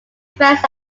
fans